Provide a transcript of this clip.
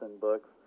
books